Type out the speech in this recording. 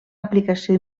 aplicació